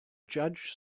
judge